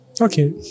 Okay